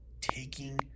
taking